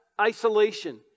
isolation